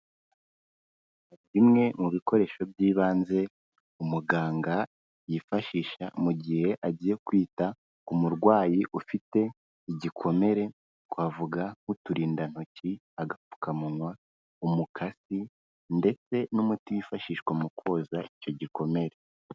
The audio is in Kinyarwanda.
Bimwe mu bikoresho by'ibanze, umuganga yifashisha mu gihe agiye kwita ku murwayi ufite igikomere, twavuga nk'uturindantoki, agapfukamunwa, umukasi ndetse n'umuti wifashishwa mu koza icyo gikomere.